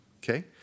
Okay